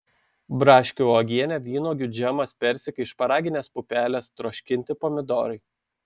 braškių uogienė vynuogių džemas persikai šparaginės pupelės troškinti pomidorai